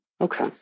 Okay